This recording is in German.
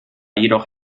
jedoch